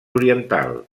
oriental